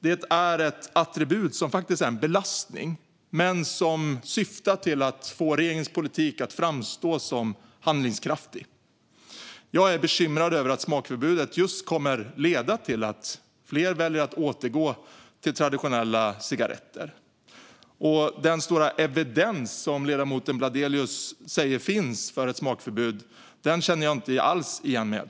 Det är ett attribut som faktiskt är en belastning men som syftar till att få regeringens politik att framstå som handlingskraftig. Jag är bekymrad över att smakförbudet kommer att leda till att fler väljer att återgå till traditionella cigaretter. Den stora evidens som ledamoten Bladelius säger finns för ett smakförbud känner jag inte alls igen.